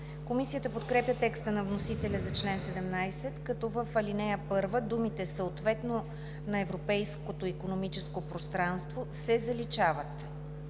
Комисията подкрепя текста на вносителя за чл. 17, като в ал. 1 думите „съответно на Европейското икономическо пространство“ се заличават.